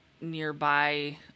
nearby